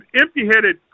Empty-headed